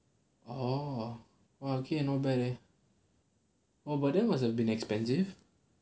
orh !wah! okay not bad leh !wah! but then must have been expensive